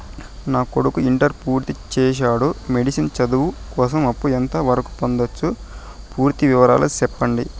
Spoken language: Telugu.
నా కొడుకు ఇంటర్ పూర్తి చేసాడు, మెడిసిన్ చదువు కోసం అప్పు ఎంత వరకు పొందొచ్చు? పూర్తి వివరాలు సెప్పండీ?